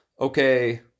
okay